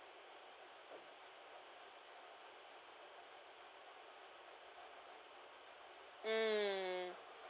mm